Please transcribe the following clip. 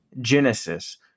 genesis